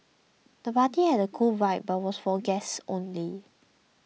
the party had a cool vibe but was for guests only